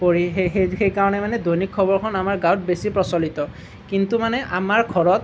পঢ়ি সেই সেই সেইকাৰণে মানে দৈনিক খবৰখন আমাৰ গাঁৱত বেছি প্ৰচলিত কিন্তু মানে আমাৰ ঘৰত